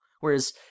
Whereas